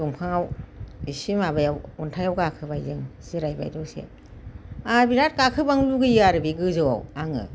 दंफांआव एसे माबायाव अन्थाइआव गाखोबाय जों जिरायबाय दसे आं बिराद गाखोबावनो लुबैयो आरो बे गोजौआव आङो